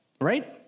right